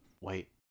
wait